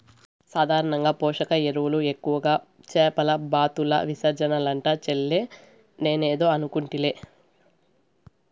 సాధారణంగా పోషక ఎరువులు ఎక్కువగా చేపల బాతుల విసర్జనలంట చెల్లే నేనేదో అనుకుంటిలే